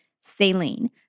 saline